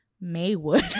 Maywood